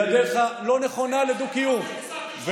היא הדרך הלא-נכונה לדו-קיום.